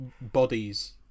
bodies